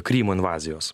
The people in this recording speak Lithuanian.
krymo invazijos